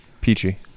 peachy